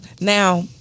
Now